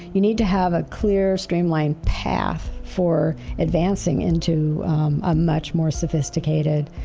you need to have a clear, streamlined path for advancing into a much more sophisticated,